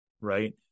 Right